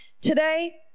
Today